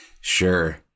Sure